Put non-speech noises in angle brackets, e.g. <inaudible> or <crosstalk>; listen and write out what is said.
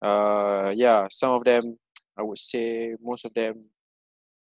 uh yeah some of them <noise> I would say most of them